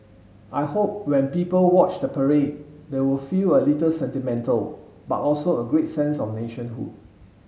I hope when people watch the parade they will feel a little sentimental but also a great sense of nationhood